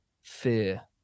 fear